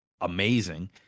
amazing